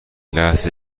لحظه